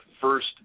first